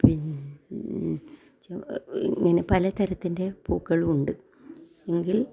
ഇങ്ങനെ പലതരത്തിൻ്റെ പൂക്കളും ഉണ്ട് എങ്കിൽ